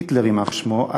היטלר יימח שמו,